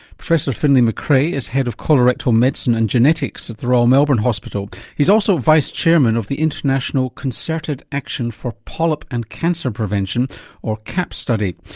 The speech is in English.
professor finlay macrae is head of colorectal medicine and genetics at the royal melbourne hospital and he's also vice chairman of the international concerted action for polyp and cancer prevention or capp study.